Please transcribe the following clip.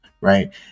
right